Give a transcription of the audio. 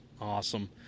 Awesome